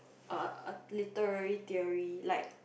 uh a literary theory like